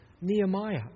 Nehemiah